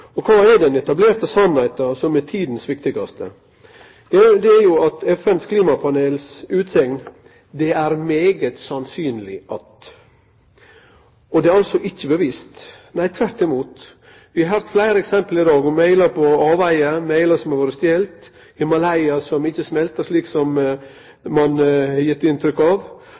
Kva er den etablerte sanninga som er den viktigaste no for tida? Jau, det er FNs klimapanels utsegn «det er meget sannsynlig at». Og det er altså ikkje bevist. Nei, tvert imot. Vi har høyrt fleire eksempel i dag om e-post på avvegar, e-post som har vore stolen, Himalaya som ikkje smeltar slik som ein har gitt inntrykk av,